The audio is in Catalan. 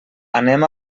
anem